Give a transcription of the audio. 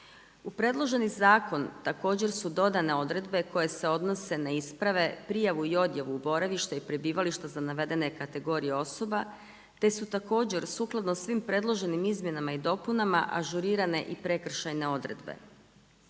U predloženi zakon također su dodane odredbe koje se odnose na isprave, prijavu i odjavu boravišta i prebivališta za navedene kategorije osoba te su također sukladno svim predloženim izmjenama i dopunama ažurirane i prekršajne odredbe.